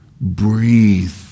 Breathe